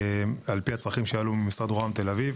לפי הצרכים שעלו ממשרד רוה"מ תל אביב